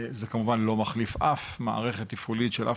זה כמובן לא מחליף אף מערכת תפעולית של אף